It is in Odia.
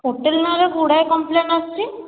ହୋଟେଲ୍ ନାଁରେ ଗୁଡ଼ାଏ କମ୍ପ୍ଲେନ୍ ଆସୁଛି